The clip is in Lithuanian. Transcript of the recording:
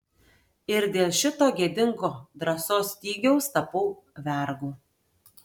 ir dėl šito gėdingo drąsos stygiaus tapau vergu